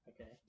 Okay